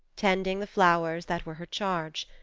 tending the flowers that were her charge.